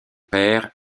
père